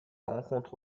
rencontre